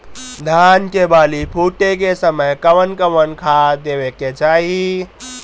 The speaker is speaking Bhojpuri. धान के बाली फुटे के समय कउन कउन खाद देवे के चाही?